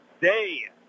day